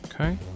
Okay